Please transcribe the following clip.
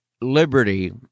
liberty